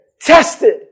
Tested